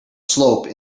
slope